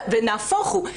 ונהפוך הוא.